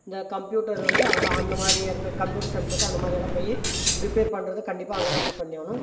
இந்த கம்ப்யூட்டர் வந்து அங்கே அந்த மாதிரி இடத்துக்கு கம்ப்யூட்டர் சென்டருக்கு அந்த மாதிரியலாம் போய் ரிப்பேர் பண்ணுறது கண்டிப்பாக அங்கேதான் போய் பண்ணியாகணும்